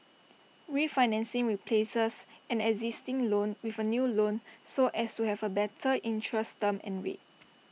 refinancing replaces an existing loan with A new loan so as to have A better interest term and rate